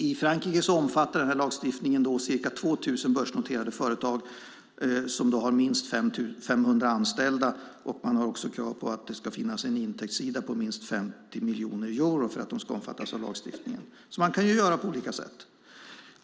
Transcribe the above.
I Frankrike omfattar lagstiftningen ca 2 000 börsnoterade företag med minst 500 anställda, och man har krav på att det ska finnas en intäktssida på minst 50 miljoner euro för att de ska omfattas av lagstiftningen. Man kan alltså göra på olika sätt.